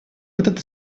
этот